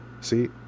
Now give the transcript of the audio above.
See